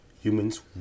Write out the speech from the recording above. humans